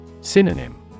Synonym